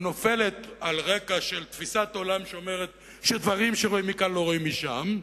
היא נופלת על רקע תפיסת עולם שאומרת ש"דברים שרואים מכאן לא רואים משם".